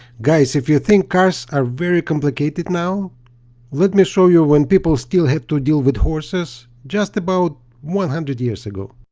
guys if you think cars are very complicated now let me show you when people still had to deal with horses just about one hundred years ago